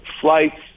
flights